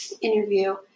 interview